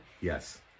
Yes